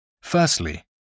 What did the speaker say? Firstly